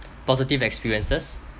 positive experiences